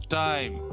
time